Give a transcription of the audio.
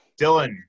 Dylan